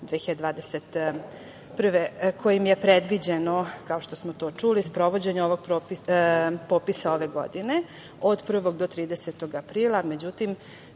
kojim je predviđeno, kao što smo to čuli, sprovođenje ovog popisa ove godine od 01. do 30 aprila, međutim,